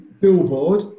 billboard